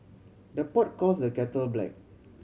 the pot calls the kettle black